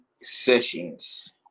sessions